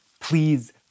Please